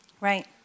Right